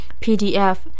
PDF